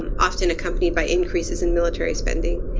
often accompanied by increases in military spending,